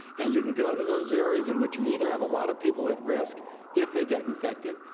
and you can go to those areas in which you either have a lot of people at risk if they get infected,